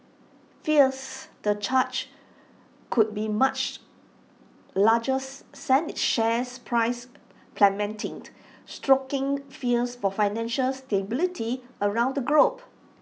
fears the charge could be much larger sent its share price plummeting stoking fears for financial stability around the globe